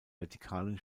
vertikalen